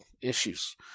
issues